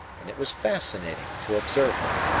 and it was fascinating to observe them.